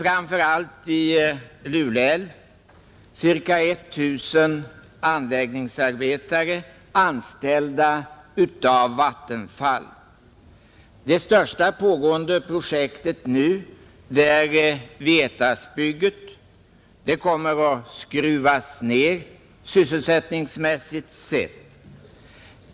Vattenfall har ca 1 000 anläggningsarbetare anställda, framför allt i Lule älv. Det största nu pågående projektet är Vietasbygget. Det kommer att skruvas ned sysselsättningsmässigt sett.